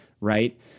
Right